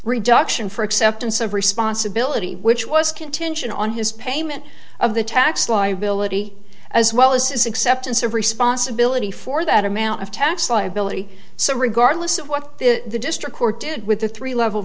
reduction for acceptance of responsibility which was contingent on his payment of the tax liability as well as his acceptance of responsibility for that amount of tax liability so regardless of what the district court did with the three level